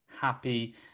happy